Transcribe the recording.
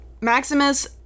Maximus